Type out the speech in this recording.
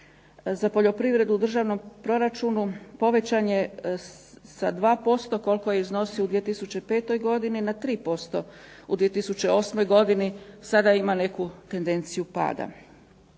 za poljoprivredu u državnom proračunu povećan je sa 2% koliko je iznosio u 2005. godini na 3% u 2008. godini. Sada ima neku tendenciju pada.